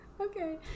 Okay